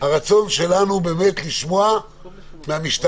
הרצון שלנו הוא באמת לשמוע מהמשטרה,